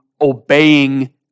obeying